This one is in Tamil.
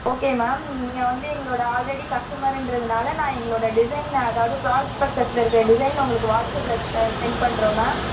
ஓகே மேம் நீங்கள் வந்து எங்களோட ஆல்ரெடி கஸ்டமருன்றதுனால நான் எங்களோட டிஸைன் அதாவது ப்ராஸ்பெக்ட்டெஸ்ல இருக்கிற டிஸைன் நான் உங்களுக்கு வாட்ஸ்அப்பில் இப்போ செண்ட் பண்ணுறோம் மேம்